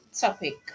topic